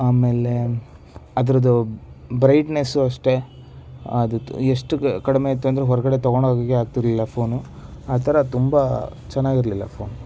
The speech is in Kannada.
ಆಮೇಲೆ ಅದ್ರದ್ದು ಬ್ರೈಟ್ನೆಸ್ಸೂ ಅಷ್ಟೆ ಅದು ಎಷ್ಟು ಕಡಿಮೆ ಇತ್ತು ಅಂದರೆ ಹೊರಗಡೆ ತೊಗೊಂಡು ಹೋಗೋಕ್ಕೆ ಆಗ್ತಿರ್ಲಿಲ್ಲ ಫೋನ್ ಆ ಥರ ತುಂಬ ಚೆನ್ನಾಗಿರಲಿಲ್ಲ ಫೋನ್